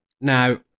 now